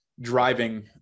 driving